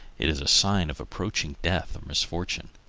it is a sign of approaching death or misfortune.